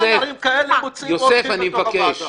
אבל על דברים כאלה מוציאים אורחים מתוך הוועדה.